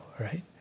Right